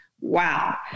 Wow